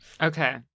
Okay